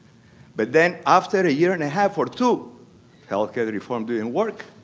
but then after a year and a half or two healthcare reform didn't work.